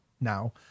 now